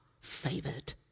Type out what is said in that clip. favored